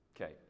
Okay